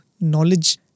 knowledge